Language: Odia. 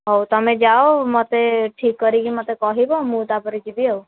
ହଉ ତୁମେ ଯାଅ ମୋତେ ଠିକ କରିକି ମୋତେ କହିବ ମୁଁ ତାପରେ ଯିବି ଆଉ